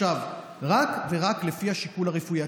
אך ורק לפי השיקול הרפואי.